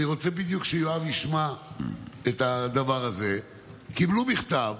אני רוצה שיואב ישמע את הדבר הזה בדיוק,